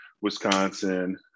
Wisconsin